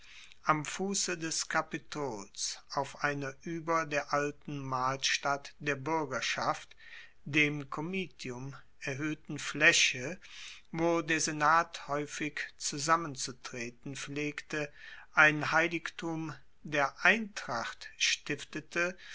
am fusse des kapitols auf einer ueber der alten malstatt der buergerschaft dem comitium erhoehten flaeche wo der senat haeufig zusammenzutreten pflegte ein heiligtum der eintracht stiftete